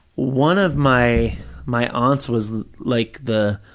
one of my my aunts was like the,